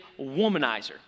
womanizer